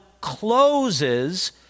closes